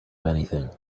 anything